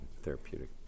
therapeutic